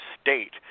state